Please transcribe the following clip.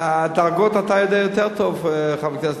אתה יודע יותר טוב את הדרגות,